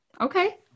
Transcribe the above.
Okay